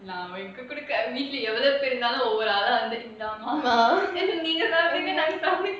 வீட்ல எவ்ளோ பேர் இருந்தாலும்:veetla evlo per irunthalum